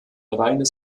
reines